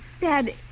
Dad